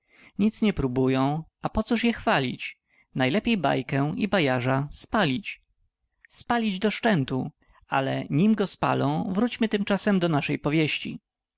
nic nie probują a pocóż je chwalić najlepiej bajkę i bajarza spalić spalić do szczętu ale nim go spalą wróćmy tymczasem do naszej powieści